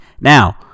Now